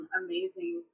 amazing